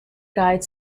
guide